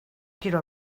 quiero